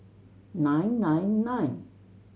nine nine nine